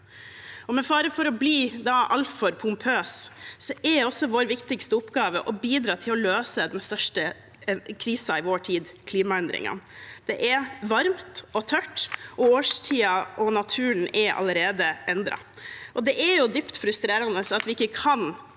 med fare for å bli altfor pompøs: Vår viktigste oppgave er å bidra til å løse den største krisen i vår tid, klimaendringene. Det er varmt og tørt, og årstidene og naturen er allerede endret. Det er dypt frustrerende at vi ikke kan